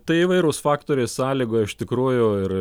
tai įvairūs faktoriai sąlygoja iš tikrųjų ir